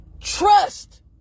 trust